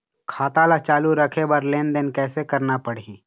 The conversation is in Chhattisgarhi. खाता ला चालू रखे बर लेनदेन कैसे रखना पड़ही?